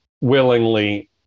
willingly